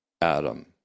Adam